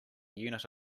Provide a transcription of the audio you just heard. unit